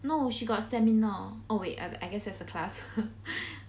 no she got seminar oh wait I guess that's a class